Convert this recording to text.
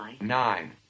Nine